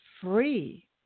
free